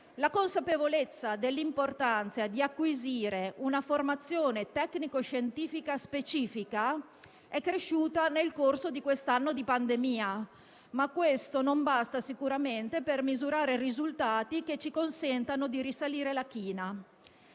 La consapevolezza dell'importanza di acquisire una formazione tecnico-scientifica specifica è cresciuta nel corso di quest'anno di pandemia, ma questo non basta sicuramente per misurare i risultati che ci consentano di risalire la china.